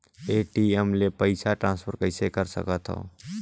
ATM ले पईसा transfer कइसे कर सकथव?